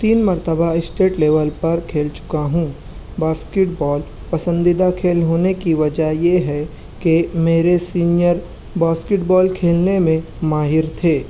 تین مرتبہ state level پر کھیل چکا ہوں باسکٹ بال پسندیدہ کھیل ہونے کی وجہ یہ ہے کہ میرے سینئر باسکٹ بال کھیلنے میں ماہر تھے